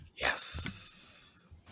Yes